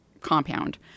compound